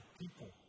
people